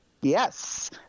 Yes